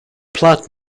plat